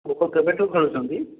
ଖୋଖୋ କେବେଠୁ ଖେଳୁଛନ୍ତି